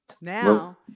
now